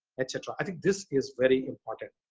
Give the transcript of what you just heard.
etc, i think this is very important.